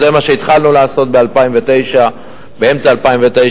וזה מה שהתחלנו לעשות באמצע 2009,